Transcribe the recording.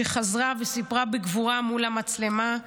שחזרה וסיפרה בגבורה מול המצלמה,